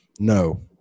No